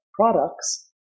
products